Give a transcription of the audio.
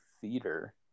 theater